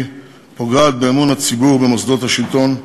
פוגעת באמון הציבור במוסדות השלטון,